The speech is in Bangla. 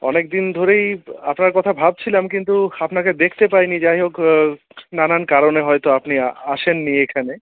অনেকদিন ধরেই আপনার কথা ভাবছিলাম কিন্তু আপনাকে দেখতে পাইনি যাইহোক নানান কারনে হয়তো আপনি আসেননি এখানে